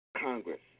Congress